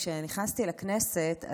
כשנכנסתי לכנסת,